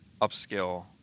upscale